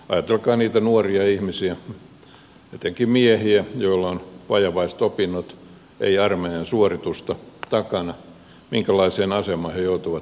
ajatelkaa niitä nuoria ihmisiä etenkin miehiä joilla on vajavaiset opinnot ei armeijan suoritusta takana minkälaiseen asemaan he joutuvat työmarkkinoilla